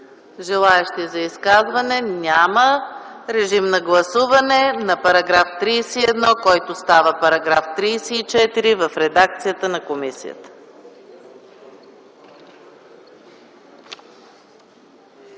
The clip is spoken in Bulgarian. Желаещи за изказване? Няма. Режим на гласуване на § 31, който става § 34, в редакцията на комисията.